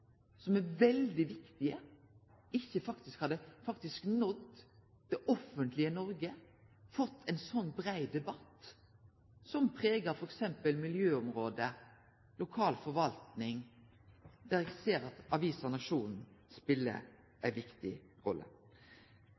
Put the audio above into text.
som er veldig viktige, faktisk ikkje hadde nådd det offentlege Noreg og fått ein slik brei debatt som pregar f.eks. miljøområdet og lokal forvaltning, der eg ser at avisa Nationen spelar ei viktig rolle.